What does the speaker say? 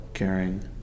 Caring